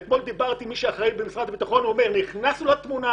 אתמול דיברתי עם מי שאחראי במשרד הביטחון והוא אומר לי נכנסנו לתמונה,